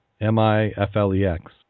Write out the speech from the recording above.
M-I-F-L-E-X